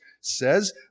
says